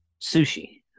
sushi